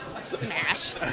Smash